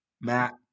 Matt